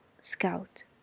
Scout